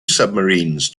submarines